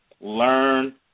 learn